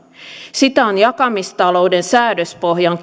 sitä on jakamistalouden säädöspohjan